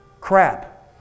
Crap